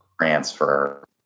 transfer